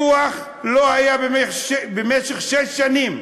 לא היה פיקוח במשך שש שנים.